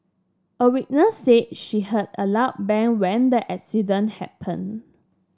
a witness said she heard a loud bang when the accident happened